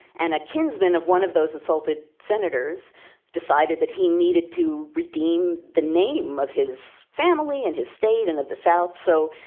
and a kinsman of one of those assaulted senators decided that he needed to redeem the name of his family in his state and in the south. so,